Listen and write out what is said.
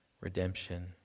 redemption